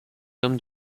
hommes